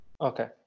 Okay